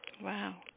Wow